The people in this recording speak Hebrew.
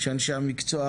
שאנשי המקצוע,